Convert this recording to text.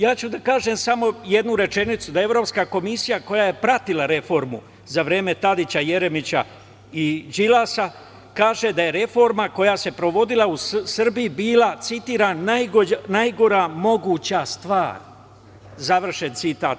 Ja ću da kažem samo jednu rečenicu da Evropska komisija koja je pratila reformu za vreme Tadića, Jeremića, i Đilasa, kaže da je reforma koja se provodila u Srbiji bila, citiram najgora moguća stvar, završen citat.